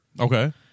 Okay